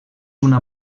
una